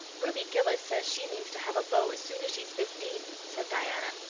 ruby gillis says she means to have a beau as soon as she's fifteen, said diana.